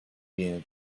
wir